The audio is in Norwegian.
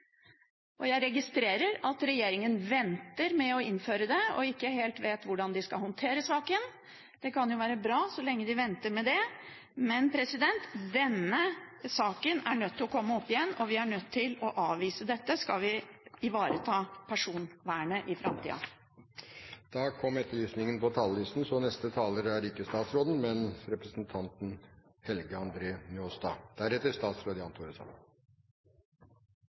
alvorlig. Jeg mener at det flertallet som sa ja til datalagrinsdirektivet, ikke gjør det. Jeg registrerer at regjeringen venter med å innføre det og ikke helt vet hvordan de skal håndtere saken. Det kan jo være bra så lenge de venter med det, men denne saken er nødt til å komme opp igjen, og vi er nødt til å avvise dette hvis vi skal ivareta personvernet i framtida. Jeg hadde egentlig ikke